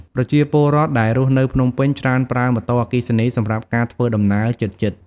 ប្រជាពលរដ្ឋដែលរស់នៅភ្នំពេញច្រើនប្រើម៉ូតូ អគ្គិសនីសម្រាប់ការធ្វើដំណើរជិតៗ។